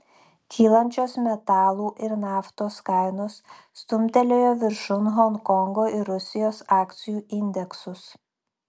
kylančios metalų ir naftos kainos stumtelėjo viršun honkongo ir rusijos akcijų indeksus